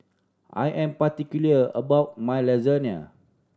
I am particular about my Lasagna